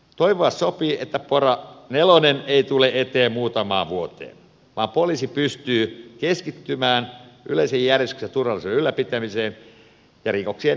toivoa sopii että pora nelonen ei tule eteen muutamaan vuoteen vaan poliisi pystyy keskittymään yleisen järjestyksen ja turvallisuuden ylläpitämiseen ja rikoksien ennaltaehkäisyyn ja tutkintaan